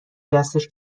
دستش